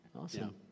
Awesome